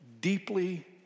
deeply